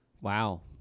Wow